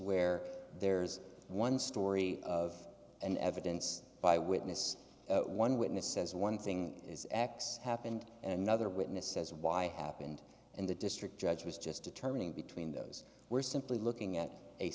where there's one story of an evidence by witness one witness says one thing is x happened another witness says why happened and the district judge was just determining between those were simply looking at a